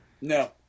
No